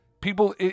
People